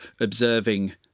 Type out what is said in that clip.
observing